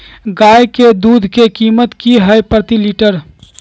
गाय के दूध के कीमत की हई प्रति लिटर?